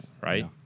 right